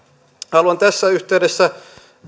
haluan tässä yhteydessä